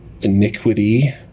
iniquity